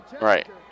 Right